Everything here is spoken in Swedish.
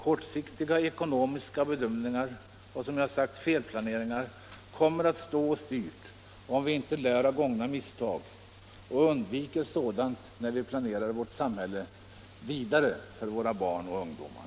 Kortsiktiga ekonomiska bedömningar och, som jag har sagt, felplaneringar kommer att stå oss dyrt om vi inte lär av begångna misstag och undviker sådant när vi planerar vårt samhälle vidare för våra barn och ungdomar.